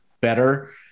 better